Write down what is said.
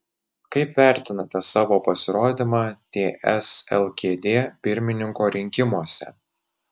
kaip vertinate savo pasirodymą ts lkd pirmininko rinkimuose